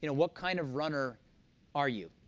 and what kind of runner are you?